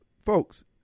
folks